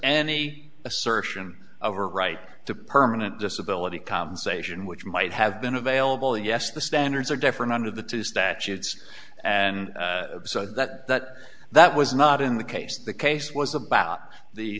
any assertion of a right to permanent disability compensation which might have been available yes the standards are different under the two statutes and that that was not in the case the case was about the